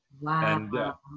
Wow